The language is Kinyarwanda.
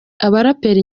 abaraperi